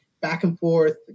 back-and-forth